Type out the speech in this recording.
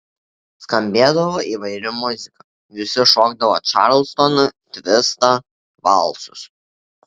skambėdavo įvairi muzika visi šokdavo čarlstoną tvistą valsus